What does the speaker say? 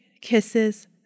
kisses